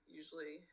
usually